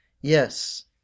Yes